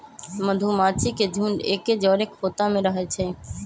मधूमाछि के झुंड एके जौरे ख़ोता में रहै छइ